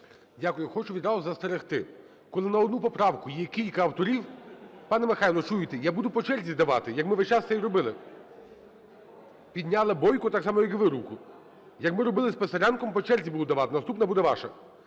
Дякую. Хочу відразу застерегти, коли на одну поправку є кілька авторів, пане Михайло, чуєте, я буду по черзі давати, як ми весь час це і робили. Підняла Бойко так само, як і ви руку. Якби робили з Писаренком, по черзі буду давати. Наступна буде ваша.